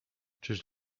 czyż